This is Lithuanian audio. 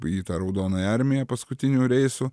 į tą raudonąją armiją paskutiniu reisu